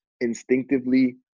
instinctively